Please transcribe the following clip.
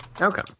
Okay